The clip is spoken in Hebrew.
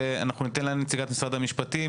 אנחנו ניתן לנציגת משרד המשפטים,